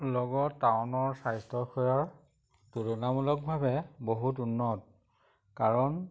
লগত টাউনৰ স্বাস্থ্যসেৱা তুলনামূলকভাৱে বহুত উন্নত কাৰণ